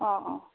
অঁ অঁ